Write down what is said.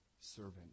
servant